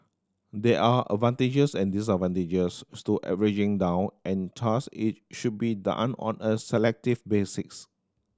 there are advantages and disadvantages to averaging down and thus it should be done on a selective basics